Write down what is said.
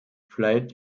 flight